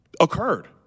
occurred